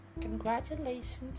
Congratulations